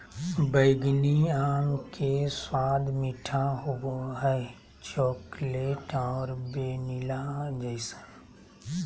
बैंगनी आम के स्वाद मीठा होबो हइ, चॉकलेट और वैनिला जइसन